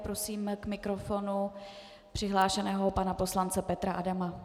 Prosím k mikrofonu přihlášeného pana poslance Petra Adama.